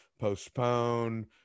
postpone